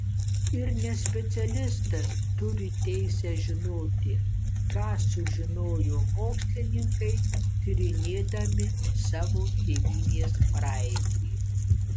ir nespecialistas turi teisę žinoti ką sužinojo mokslininkai tyrinėdami savo tėvynės praeitį